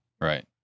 Right